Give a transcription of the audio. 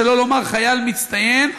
שלא לומר חייל מצטיין,